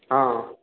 ହଁ ହଁ